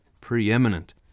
Preeminent